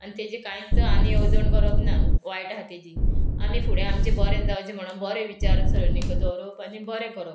आनी तेजी कांयच आनी येवजण करप ना वायट आहा तेजी आमी फुडें आमचें बरें जावचें म्हणून बरें विचार सायडीक दवरप आनी बरें करप